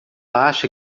acha